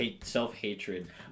self-hatred